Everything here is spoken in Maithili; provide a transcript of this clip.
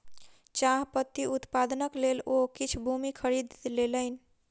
चाह पत्ती उत्पादनक लेल ओ किछ भूमि खरीद लेलैन